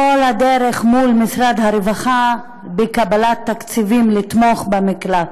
הדרך מול משרד הרווחה לקבלת תקציבים לתמוך במקלט.